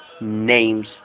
names